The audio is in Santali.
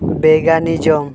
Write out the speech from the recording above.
ᱵᱮᱭᱜᱟᱱᱤᱡᱚᱢ